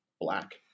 black